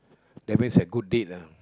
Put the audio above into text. that means have good date ah